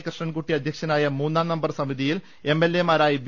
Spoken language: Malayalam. കൃഷ്ണൻകുട്ടി അധ്യക്ഷനായ മൂന്നാം നമ്പർ സമിതിയിൽ എം എൽ എമാരായി വി